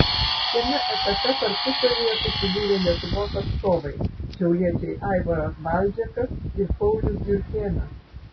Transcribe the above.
šiame etape tarpusavyje susidūrė lietuvos atstovai šiauliečiai aivaras balžekas ir paulius jurkėnas